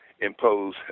impose